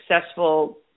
successful